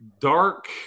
dark